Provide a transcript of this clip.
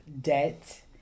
debt